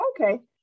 Okay